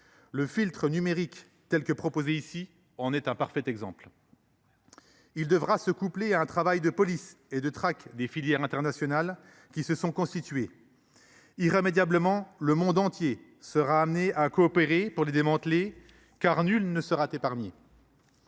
Le filtre numérique, tel qu’il est proposé ici, en est un parfait exemple. Il devra se coupler à un travail de police et de traque des filières internationales qui se sont constituées. Irrémédiablement, le monde entier sera amené à coopérer pour les démanteler, car nul ne sera épargné.